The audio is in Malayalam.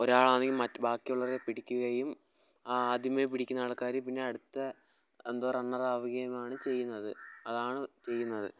ഒരാൾ ആണെങ്കിൽ മറ്റ് ബാക്കിയുള്ളവരെ പിടിക്കുകയും ആ ആദ്യമേ പിടിക്കുന്ന ആൾക്കാര് പിന്നെ അടുത്ത എന്തോ റണ്ണർ ആകുകയും ആണ് ചെയ്യുന്നത് അതാണ് ചെയ്യുന്നത്